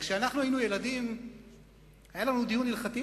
כשאנחנו היינו ילדים היה לנו דיון הלכתי,